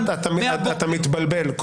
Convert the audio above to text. אתה מתבלבל.